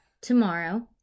tomorrow